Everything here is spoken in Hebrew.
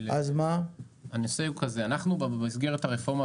אנחנו במסגרת הרפורמה,